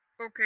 Okay